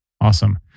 Awesome